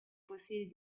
possiede